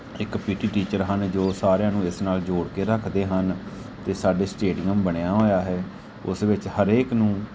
ਇੱਕ P T teacher ਹਨ ਜੋ ਸਾਰਿਆਂ ਨੂੰ ਇਸ ਨਾਲ ਜੋੜ ਕੇ ਰੱਖਦੇ ਹਨ ਅਤੇ ਸਾਡੇ ਸਟੇਡੀਅਮ ਬਣਿਆ ਹੋਇਆ ਹੈ ਉਸ ਵਿੱਚ ਹਰੇਕ ਨੂੰ